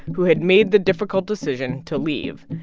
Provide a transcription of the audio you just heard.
who had made the difficult decision to leave.